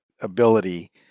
ability